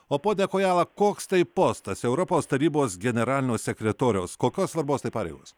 o pone kojala koks tai postas europos tarybos generalinio sekretoriaus kokios svarbos tai pareigos